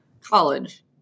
college